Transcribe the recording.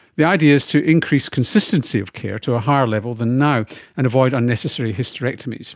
the idea is to increase consistency of care to a higher level than now and avoid unnecessary hysterectomies, so